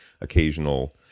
occasional